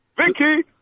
Vicky